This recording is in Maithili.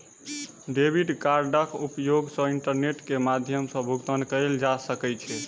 डेबिट कार्डक उपयोग सॅ इंटरनेट के माध्यम सॅ भुगतान कयल जा सकै छै